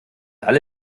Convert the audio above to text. alle